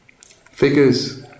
Figures